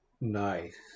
Nice